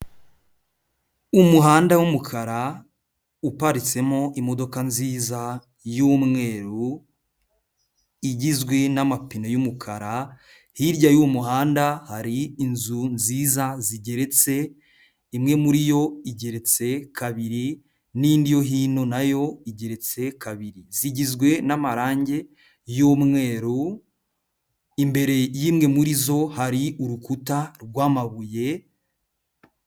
Umuhanda w'umukara uparitsemo imodoka nziza y'umweru igizwe n'amapine y'umukara, hirya y'uwo muhanda hari inzu nziza zigeretse, imwe muri yo igeretse kabiri n'indi yo hino nayo igeretse kabiri zigizwe n'amarangi y'umweru, imbere y'imwe muri zo hari urukuta rw'amabuye.